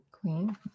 Queen